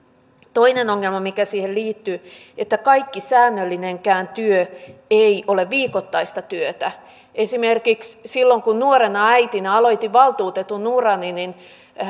toinen siihen liittyvä ongelma on että kaikki säännöllinenkään työ ei ole viikoittaista työtä esimerkiksi silloin kun nuorena äitinä aloitin valtuutetun urani